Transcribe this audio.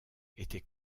était